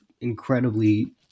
incredibly